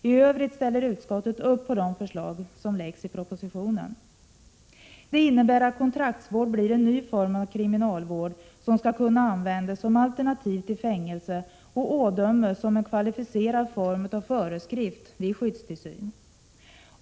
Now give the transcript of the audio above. I övrigt ställer utskottet upp på vad som föreslås i propositionen. Detta innebär att kontraktsvård blir en ny form av kriminalvård, som skall kunna användas som alternativ till fängelse och ådömas som en kvalificerad form av föreskrift vid skyddstillsyn.